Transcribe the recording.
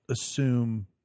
assume